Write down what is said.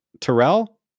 Terrell